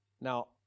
Now